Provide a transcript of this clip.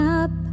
up